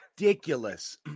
ridiculous